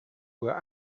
were